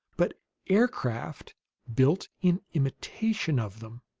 but aircraft built in imitation of them.